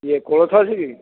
ଇଏ କୋଳଥ ଅଛି କି